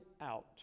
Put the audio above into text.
out